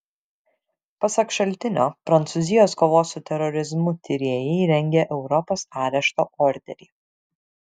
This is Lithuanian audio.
pasak šaltinio prancūzijos kovos su terorizmu tyrėjai rengia europos arešto orderį